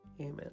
Amen